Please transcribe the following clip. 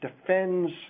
defends